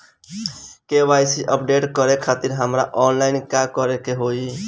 KYC update करे खातिर हमरा ऑनलाइन का करे के होई?